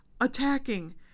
attacking